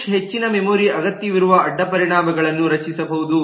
push ಹೆಚ್ಚಿನ memory ಅಗತ್ಯವಿರುವ ಅಡ್ಡಪರಿಣಾಮಗಳನ್ನು ರಚಿಸಬಹುದು